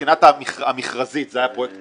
מהבחינה המכרזית זה היה פרויקט כושל.